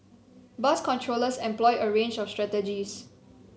bus controllers employ a range of strategies